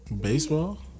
Baseball